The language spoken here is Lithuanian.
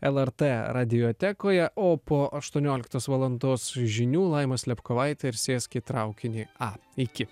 el er t radijotekoje o po aštuonioliktos valandos žinių laima slėpkovaitė ir sėsk į traukinį a iki